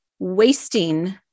wasting